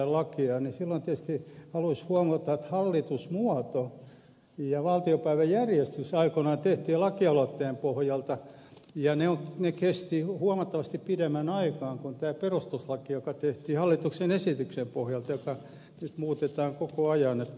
silloin tietysti haluaisi huomauttaa että hallitusmuoto ja valtiopäiväjärjestys aikoinaan tehtiin lakialoitteen pohjalta ja ne kestivät huomattavasti pidemmän aikaa kuin tämä perustuslaki joka tehtiin hallituksen esityksen pohjalta jota nyt muutetaan koko ajan